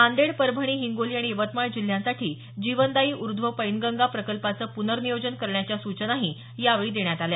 नांदेड परभणी हिंगोली आणि यवतमाळ जिल्ह्यांसाठी जीवनदायी उर्ध्व पैनगंगा प्रकल्पाचं पूनर्नियोजन करण्याच्या सूचनाही यावेळी देण्यात आल्या